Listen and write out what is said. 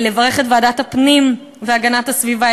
לברך את ועדת הפנים והגנת הסביבה,